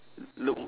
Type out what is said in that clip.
luk